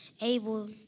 able